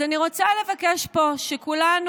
אז אני רוצה לבקש פה שכולנו,